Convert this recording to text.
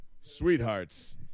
Sweethearts